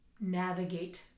navigate